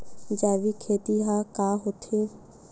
जैविक खेती ह का होथे?